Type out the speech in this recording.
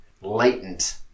latent